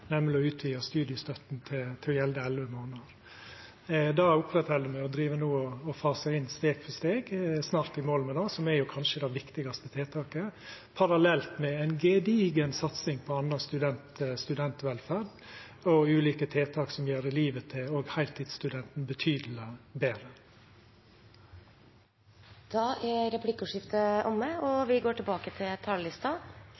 nemleg å utvida studiestøtta til å gjelda i elleve månader. Det held me oppe og driv no og fasar inn steg for steg. Me er snart i mål med dette, som kanskje er det viktigaste tiltaket, parallelt med ei gedigen satsing på annan studentvelferd og ulike tiltak som gjer livet til òg heiltidsstudenten betydeleg betre. Replikkordskiftet er omme.